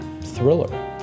thriller